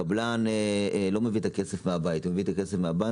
קבלן לא מביא את הכסף מהבית אלא מהבנק,